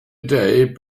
day